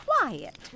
quiet